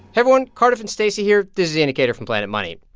everyone cardiff and stacey here. this is the indicator from planet money.